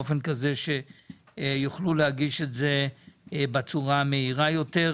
באופן כזה שיוכלו להגיש את זה בצורה המהירה יותר.